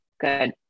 good